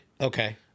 Okay